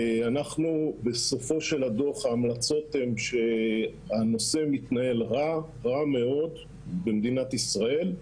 בסופו של הדוח ההמלצות שלנו הן שהנושא מתנהל רע מאוד במדינת ישראל,